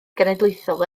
genedlaethol